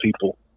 people